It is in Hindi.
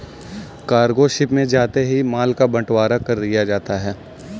कार्गो शिप में जाते ही माल का बंटवारा कर दिया जाता है